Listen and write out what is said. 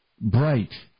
bright